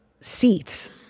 seats